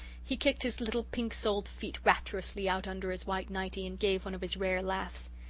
he kicked his little pink-soled feet rapturously out under his white nighty and gave one of his rare laughs.